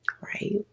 right